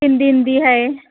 हिंदी हिंदी है